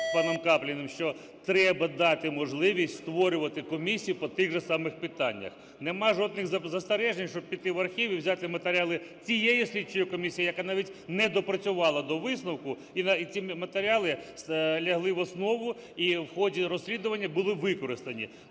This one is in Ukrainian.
паном Капліним, що треба дати можливість створювати комісії по тих же самих питаннях, нема жодних застережень, щоб піти в архів і взяти матеріали тієї слідчої комісії, яка навіть не доопрацювала до висновку, і ці матеріали лягли в основу і в ході розслідування були використані.